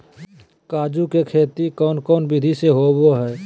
काजू के खेती कौन कौन विधि से होबो हय?